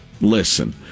Listen